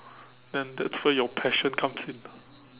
then that's where your passion comes in